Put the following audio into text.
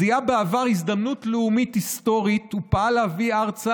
זיהה בעבר הזדמנות לאומית היסטורית ופעל להעלות ארצה